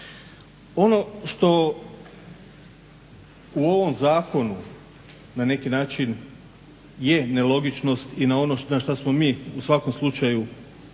Ono što u ovom zakonu na neki način je nelogičnost i ono na što smo mi u svakom slučaju upozoravali,